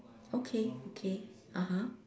okay okay (uh huh)